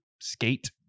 skate